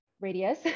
radius